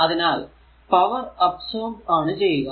അതിനാൽ power absorb ആണ് ചെയ്യുക